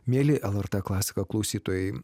mieli lrt klasika klausytojai